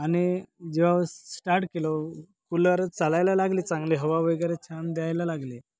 आणि जेव्हा स्टाट केला कूलर चालायला लागले चांगले हवा वगैरे छान द्यायला लागले